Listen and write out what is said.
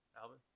Alvin